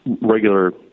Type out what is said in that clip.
regular